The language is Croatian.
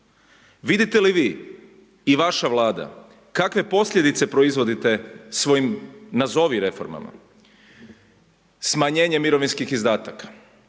Vidite li vi i vaša Vlada kakve posljedice proizvodite svojim nazovi reformama? Smanjenje mirovinskih izdataka